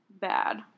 bad